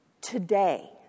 Today